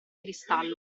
cristallo